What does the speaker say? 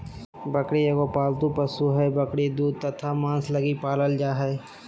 बकरी एगो पालतू पशु हइ, बकरी दूध तथा मांस लगी पालल जा हइ